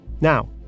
Now